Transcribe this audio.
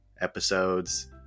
episodes